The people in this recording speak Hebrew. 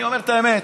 אני אומר את האמת.